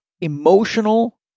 emotional